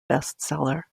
bestseller